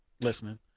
listening